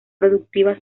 productiva